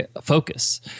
focus